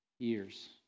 Years